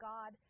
God